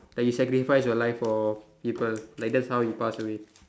like you sacrifice your life for people like that's how you pass away